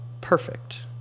perfect